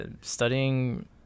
Studying